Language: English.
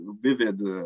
vivid